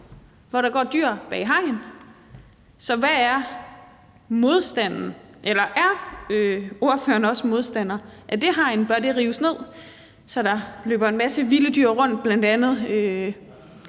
hvor der går dyr bag hegnet. Er ordføreren også modstander af det hegn? Bør det rives ned, så der løber en masse vilde dyr rundt – bl.a. der,